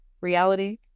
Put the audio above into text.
reality